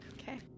Okay